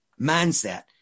Mindset